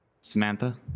Samantha